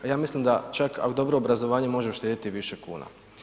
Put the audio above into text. A ja mislim da čak, a dobro obrazovanje može uštedjeti i više kuna.